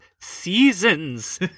seasons